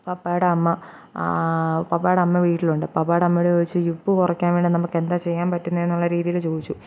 പപ്പയുടെ അമ്മ പപ്പയുടെ അമ്മ വീട്ടിലുണ്ട് പപ്പയുടെ അമ്മയോടു ചോദിച്ചു ഈ ഉപ്പു കുറയ്ക്കാൻ വേണ്ടി നമുക്ക് എന്താ ചെയ്യാൻ പറ്റുന്നതെന്നുളള രീതിയിൽ ചോദിച്ചു